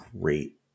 great